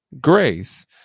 grace